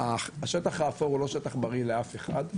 השטח האפור הוא לא שטח בריא לאף אחד,